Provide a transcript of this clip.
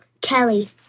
Kelly